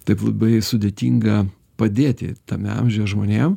taip labai sudėtinga padėti tame amžiuje žmonėm